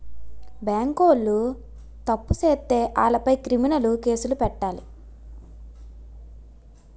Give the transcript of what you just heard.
బేంకోలు తప్పు సేత్తే ఆలపై క్రిమినలు కేసులు పెట్టాలి